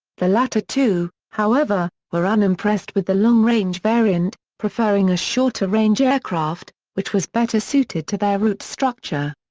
the latter two, however, were unimpressed with the long-range variant, preferring a shorter-range aircraft, which was better suited to their route structure.